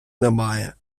немає